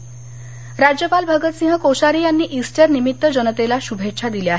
Easter शभेच्छा राज्यपाल भगतसिंह कोश्यारी यांनी ईस्टरनिमित्त जनतेला शुभेच्छा दिल्या आहेत